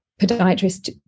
podiatrist